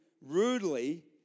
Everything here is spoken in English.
rudely